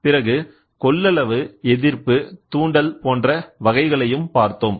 பிறகு கொள்ளளவுஎதிர்ப்பு தூண்டல் போன்ற வகைகளையும் பார்த்தோம்